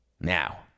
Now